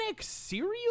serial